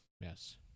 Yes